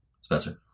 Spencer